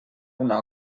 una